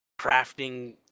crafting